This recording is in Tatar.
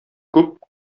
күп